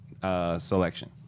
selection